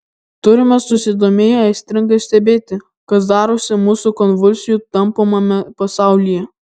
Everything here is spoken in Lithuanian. turime susidomėję aistringai stebėti kas darosi mūsų konvulsijų tampomame pasaulyje